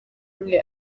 umwe